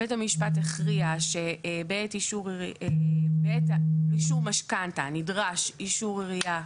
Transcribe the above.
בית המשפט הכריע שבעת רישום משכנתא נדרש אישור עירייה,